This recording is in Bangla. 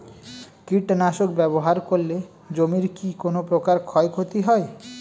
কীটনাশক ব্যাবহার করলে জমির কী কোন প্রকার ক্ষয় ক্ষতি হয়?